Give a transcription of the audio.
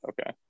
okay